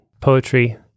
poetry